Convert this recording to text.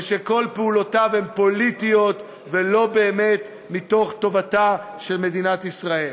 ושכל פעולותיו הן פוליטיות ולא באמת מתוך טובתה של מדינת ישראל.